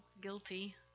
guilty